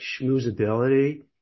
schmoozability